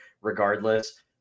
Regardless